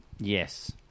yes